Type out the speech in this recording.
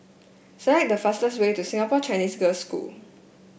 select the fastest way to Singapore Chinese Girls' School